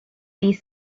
these